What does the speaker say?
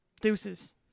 Deuces